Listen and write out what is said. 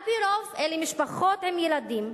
על-פי רוב אלה משפחות עם ילדים.